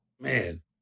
Man